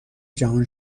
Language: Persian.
جهان